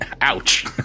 ouch